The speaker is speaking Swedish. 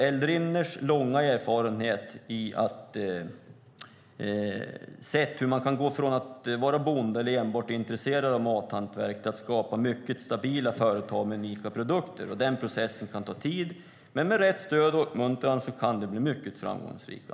Eldrimner har visat hur man kan gå från att vara bonde eller enbart intresserad av mathantverk till att skapa mycket stabila företag med unika produkter. Den processen kan ta tid, men med rätt stöd och uppmuntran kan de bli mycket framgångsrika.